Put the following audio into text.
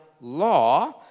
law